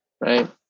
right